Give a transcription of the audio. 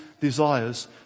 desires